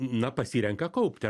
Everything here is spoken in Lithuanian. na pasirenka kaupti